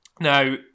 Now